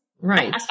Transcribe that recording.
Right